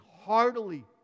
heartily